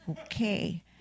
Okay